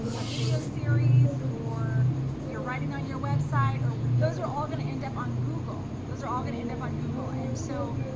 video series or you're writing on your website, or those are all gonna end up on google, those are all gonna end up on google. and so